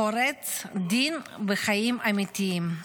חורץ דין וחיים אמיתיים.